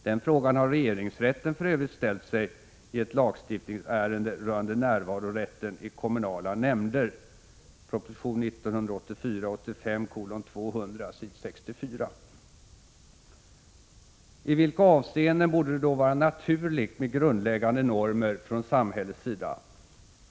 Den frågan har regeringsrätten för övrigt ställt sig i ett lagstiftningsärende rörande närvarorätten i kommunala nämnder . I vilka avseenden borde det då vara naturligt med grundläggande normer från samhällets sida?